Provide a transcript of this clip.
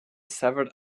severed